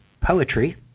Poetry